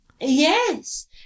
yes